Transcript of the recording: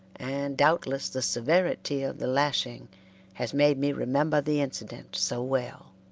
and doubtless the severity of the lashing has made me remember the incident so well.